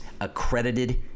accredited